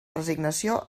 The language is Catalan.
resignació